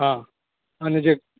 હા અને જે